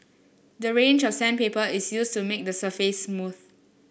the range of sandpaper is used to make the surface smooth